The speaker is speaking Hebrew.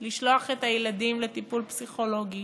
לשלוח את הילדים לטיפול פסיכולוגי